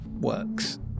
works